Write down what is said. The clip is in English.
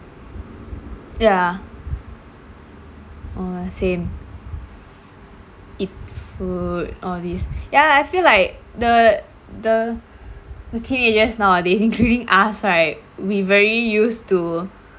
ya oh same eat food all this ya I feel like the the okay just now ah they including us right we very used to